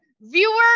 viewer